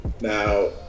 Now